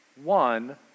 One